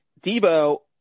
Debo